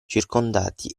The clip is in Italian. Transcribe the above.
circondati